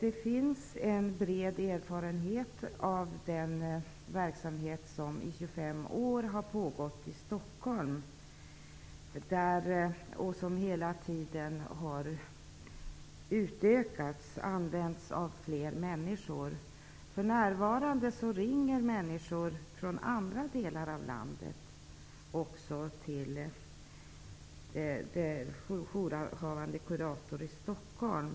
Det finns en bred erfarenhet från den verksamhet som pågått i 25 år i Stockholm. Den verksamheten har hela tiden utökats och använts av fler människor. För närvarande ringer människor från andra delar av landet till jourhavande kurator i Stockholm.